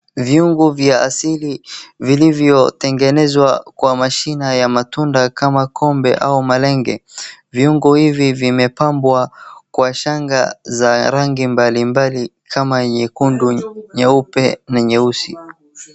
Vyungu vya asili vilivyotengenezwa kwa mashina ya matunda kama kobe au malenge. Vyungu hivi vimepambwa kwa shanga za rangi mbali mbali kama nyekundu, nyeupe na nyeusi.